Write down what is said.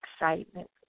excitement